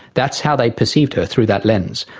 that's how they perceived her, through that lens.